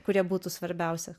kurie būtų svarbiausi